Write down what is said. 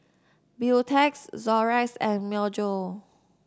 Beautex Xorex and Myojo